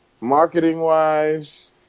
Marketing-wise